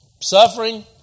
Suffering